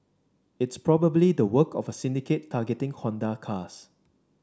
it's probably the work of a syndicate targeting Honda cars